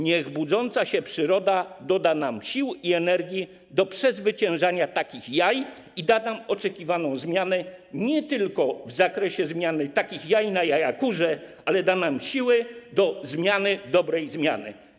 Niech budząca się przyroda doda nam sił i energii do przezwyciężania takich jaj i da nam oczekiwaną zmianę nie tylko w zakresie zmiany takich jaj na jaja kurze, ale da nam siły do zmiany dobrej zmiany.